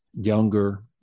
younger